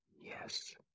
yes